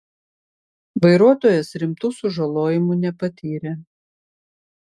vairuotojas rimtų sužalojimų nepatyrė